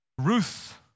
Ruth